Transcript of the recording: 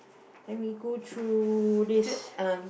then we go through this